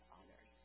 others